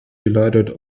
delighted